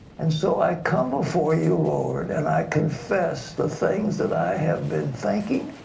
and so i come before you lord and i confess the things that i have been thinking,